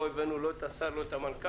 לא הבאנו לא את השר, לא את המנכ"ל.